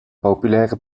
populaire